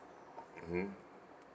mmhmm